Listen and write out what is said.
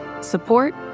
support